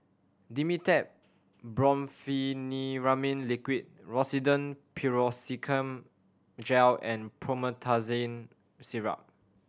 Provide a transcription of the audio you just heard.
Dimetapp Brompheniramine Liquid Rosiden Piroxicam Gel and Promethazine Syrup